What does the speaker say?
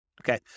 Okay